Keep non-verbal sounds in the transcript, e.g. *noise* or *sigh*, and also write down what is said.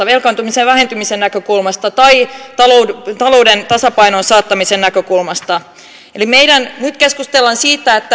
*unintelligible* velkaantumisen vähentymisen näkökulmasta tai talouden talouden tasapainoon saattamisen näkökulmasta eli nyt keskustellaan siitä